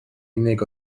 unig